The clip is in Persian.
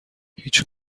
هیچ